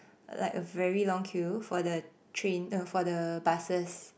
like a very long queue for the train no for the buses